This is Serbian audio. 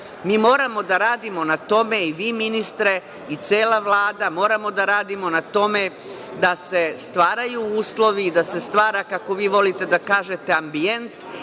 moramo da radimo na tome i vi ministre i cela Vlada, moramo da radimo na tome da se stvaraju uslovi, da se stvara, kako vi volite da kažete, ambijent